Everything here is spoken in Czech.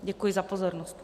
Děkuji za pozornost.